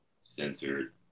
centered